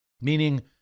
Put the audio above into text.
Meaning